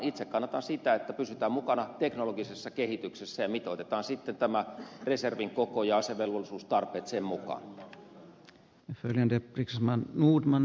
itse kannatan sitä että pysytään mukana teknologisessa kehityksessä ja mitoitetaan reservin koko ja asevelvollisuustarpeet sen mukaan